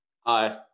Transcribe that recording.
Hi